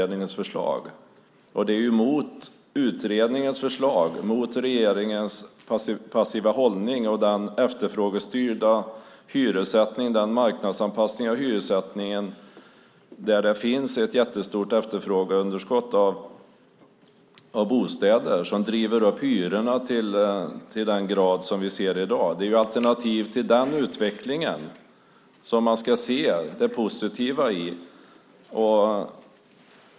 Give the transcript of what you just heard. Det är mot utredningens förslag, mot regeringens passiva hållning och den efterfrågestyrda hyressättning, den marknadsanpassning av hyressättningen där det finns ett jättestort efterfrågeunderskott av bostäder som driver upp hyrorna till den grad som vi ser i dag. Det är ett alternativ till den utvecklingen som är det positiva.